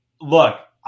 Look